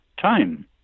time